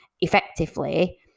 effectively